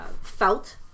felt